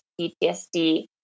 PTSD